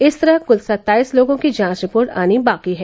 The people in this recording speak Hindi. इस तरह कुल सत्ताईस लोगों की जांच रिपोर्ट आनी बाकी है